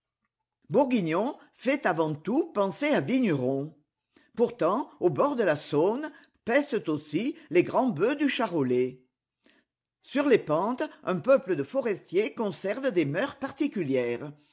bourguignon fait avant tout penser à vigneron pourtant aux bords de la saône paissent aussi les grands bœufs du charolais sur les pentes un peuple de forestiers conserve des mœurs particulières